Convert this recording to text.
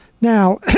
Now